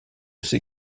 ses